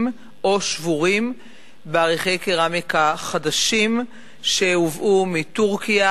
או שבורים באריחי קרמיקה חדשים שהובאו מטורקיה,